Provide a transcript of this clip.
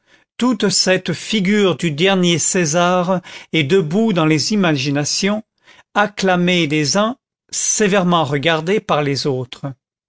toute cette figure du dernier césar est debout dans les imaginations acclamée des uns sévèrement regardée par les autres